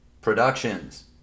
Productions